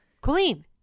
Colleen